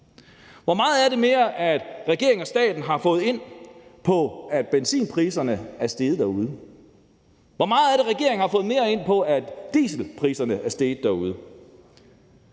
Hvor meget er det, regeringen og staten har fået mere ind på, at benzinpriserne er steget derude? Hvor meget er det, regeringen har fået mere ind på, at dieselpriserne er steget derude?